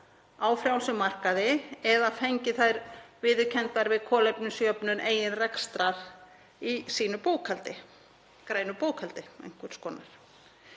á frjálsum markaði eða fengið þær viðurkenndar við kolefnisjöfnun eigin rekstrar í bókhaldi sínu, grænu bókhaldi einhvers konar.